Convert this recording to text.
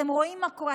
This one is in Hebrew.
אתם רואים מה קורה.